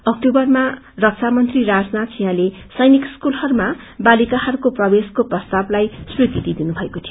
अक्टोबरमा रक्षामंत्री राजनाथ सिंहले सैनिक स्कूलहरूमा बालिकाहरूको प्रवेशको प्रस्तावलाई स्वीकृती दिनुभएको थियो